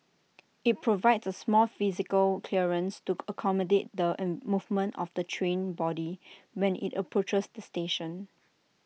IT provides A small physical clearance to accommodate the A movement of the train body when IT approaches the station